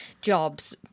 jobs